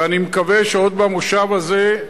ואני מקווה שעוד במושב הזה,